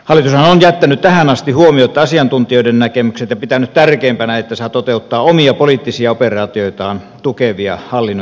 hallitushan on jättänyt tähän asti huomiotta asiantuntijoiden näkemykset ja pitänyt tärkeimpänä että saa toteuttaa omia poliittisia operaatioitaan tukevia hallinnon järjestelyjä